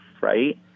right